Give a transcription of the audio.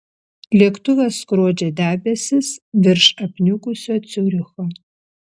lėktuvas skrodžia debesis virš apniukusio ciuricho